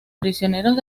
prisioneros